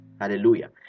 hallelujah